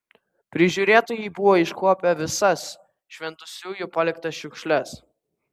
prižiūrėtojai buvo iškuopę visas šventusiųjų paliktas šiukšles